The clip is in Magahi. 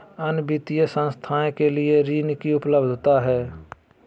अन्य वित्तीय संस्थाएं के लिए ऋण की उपलब्धता है?